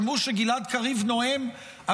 שמעו שגלעד קריב נואם,